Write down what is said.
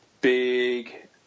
big